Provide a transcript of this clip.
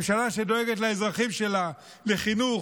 ממשלה שדואגת לאזרחים שלה לחינוך,